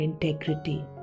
integrity